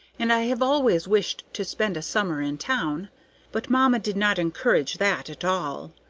and i have always wished to spend a summer in town but mamma did not encourage that at all.